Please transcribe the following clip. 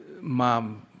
Mom